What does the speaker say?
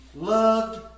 loved